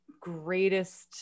greatest